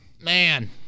man